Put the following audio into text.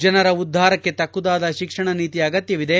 ಜನರ ಉದ್ದಾರಕ್ಕೆ ತಕ್ಕುದಾದ ಶಿಕ್ಷಣ ನೀತಿಯ ಅಗತ್ನವಿದೆ